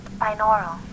Binaural